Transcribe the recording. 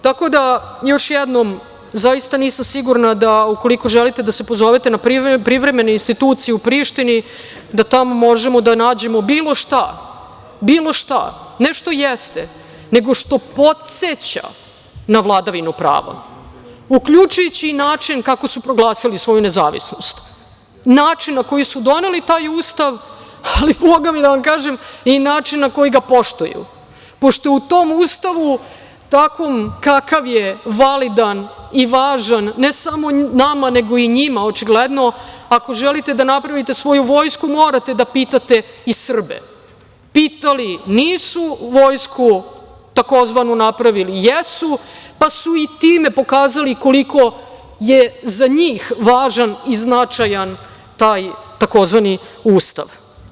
Tako da još jednom zaista nisam sigurna da ukoliko želite da se pozovete na privremene institucije u Prištini da tamo možemo da nađemo bilo šta, ne što jeste, nego što podseća na vladavinu prava, uključujući i način kako su proglasili svoju nezavisnost, način na koji su doneli taj ustav, ali bogami da vam kažem i način na koji na poštuju, pošto je u tom ustavu, takvom kakav je validan i važan ne samo nama nego i njima očigledno, ako želite da napravite svoju vojsku morate da pitate i Srbe, pitali nisu, vojsku tzv. napravili jesu, pa su i time pokazali koliko je za njih važan i značajan taj tzv. ustav.